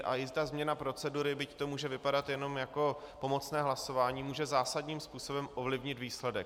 A i ta změna procedury, byť to může vypadat jenom jako pomocné hlasování, může zásadním způsobem ovlivnit výsledek.